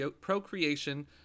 procreation